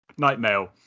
Nightmail